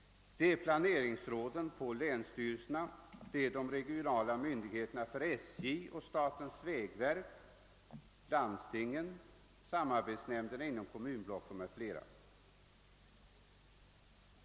Det är planeringsråden på länsstyrelserna, de regionala myndigheterna för SJ och statens vägverk, landstingen, samarbetsnämnderna inom kommunblocken m.fl.